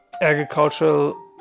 agricultural